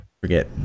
forget